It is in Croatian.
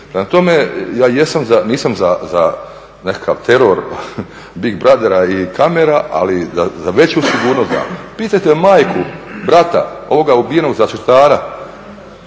Prema tome, ja nisam za nekakav teror big brothera i kamera ali za veću sigurnost da. Pitajte majku, brata ovoga ubijenog zaštitara